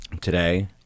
today